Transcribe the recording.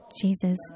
Jesus